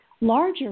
Larger